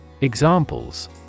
Examples